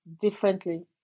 differently